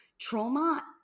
Trauma